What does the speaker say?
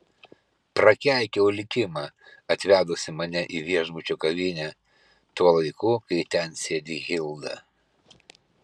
prakeikiau likimą atvedusį mane į viešbučio kavinę tuo laiku kai ten sėdi hilda